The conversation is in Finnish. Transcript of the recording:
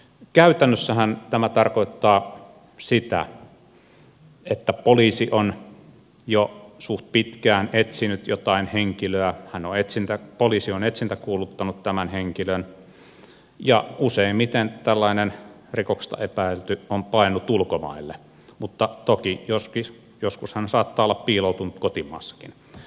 käytännössähän tämä tarkoittaa sitä että poliisi on jo suht pitkään etsinyt jotain henkilöä poliisi on etsintäkuuluttanut tämän henkilön ja useimmiten tällainen rikoksesta epäilty on paennut ulkomaille mutta toki joskus hän saattaa olla piiloutunut kotimaassakin